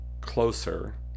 closer